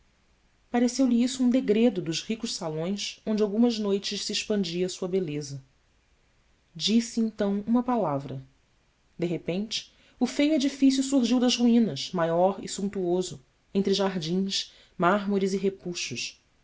pareceu-lhe isso um degredo dos ricos salões onde algumas noites se expandia a sua beleza disse então uma palavra de repente o feio edifício surgiu das ruínas maior e suntuoso entre jardins mármores e repuxos